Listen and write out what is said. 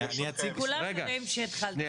אני אציג --- כולם יודעים שהתחלתם.